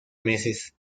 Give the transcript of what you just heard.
meses